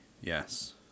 yes